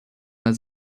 his